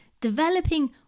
developing